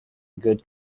good